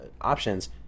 options